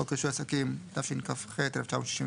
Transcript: חוק רישוי עסקים, התשכ"ח-1968,